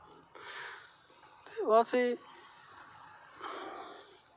बस एह्